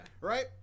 Right